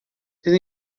sin